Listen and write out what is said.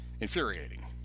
infuriating